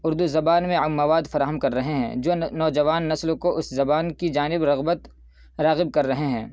اردو زبان میں اب مواد فراہم کر رہے ہیں جو نوجوان نسل کو اس زبان کی جانب رغبت راغب کر رہے ہیں